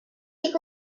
est